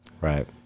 Right